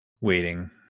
waiting